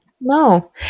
no